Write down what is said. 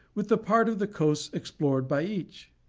with the part of the coast explored by each?